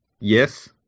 Yes